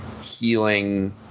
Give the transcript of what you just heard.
healing